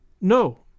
No